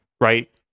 right